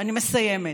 אני מסיימת.